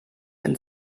and